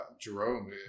Jerome